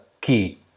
key